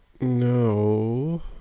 No